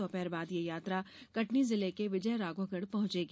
दोपहर बाद ये यात्रा कटनी जिले के विजयराघवगढ़ पहॅचेंगी